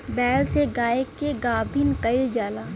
बैल से गाय के गाभिन कइल जाला